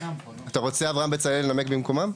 אתה רוצה, אברהם בצלאל, לנמק במקומם?